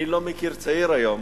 אני לא מכיר היום